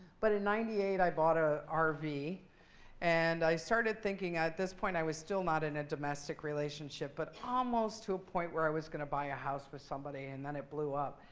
but in ninety eight, i bought a um rv. and i started thinking, at this point, i was still not in a domestic relationship but almost to a point where i was going to buy a house with somebody. and then, it blew up.